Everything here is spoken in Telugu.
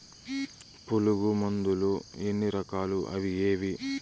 పులుగు మందులు ఎన్ని రకాలు అవి ఏవి?